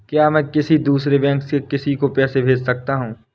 क्या मैं किसी दूसरे बैंक से किसी को पैसे भेज सकता हूँ?